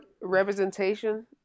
representation